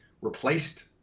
replaced